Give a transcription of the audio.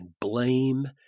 blame